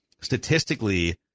statistically